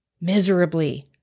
miserably